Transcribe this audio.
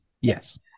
Yes